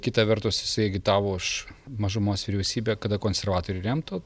kita vertus jisai agitavo už mažumos vyriausybę kada konservatoriai remtų